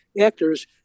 actors